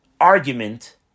argument